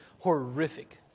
horrific